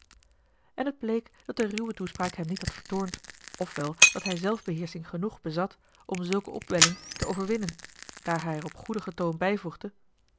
en het bleek dat de ruwe toespraak hem niet had vertoornd of wel dat hij zelfbeheersching genoeg bezat om zulke opwelling te overwinnen daar hij er op goedigen toon bijvoegde